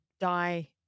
die